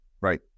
right